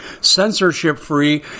censorship-free